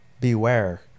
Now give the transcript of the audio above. beware